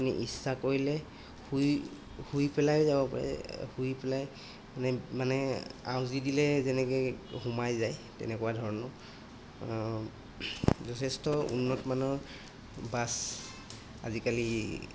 আপুনি ইচ্ছা কৰিলে শুই শুই পেলাইও যাব পাৰে শুই পেলাই মানে মানে আউজি দিলে যেনেকৈ সোমাই যায় তেনেকুৱা ধৰণৰ যথেষ্ট উন্নতমানৰ বাছ আজিকালি